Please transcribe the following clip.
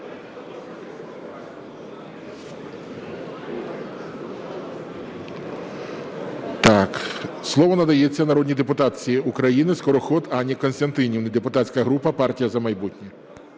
Слово надається народній депутатці України Скороход Анні Костянтинівні, депутатська група "Партія "За майбутнє".